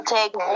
Take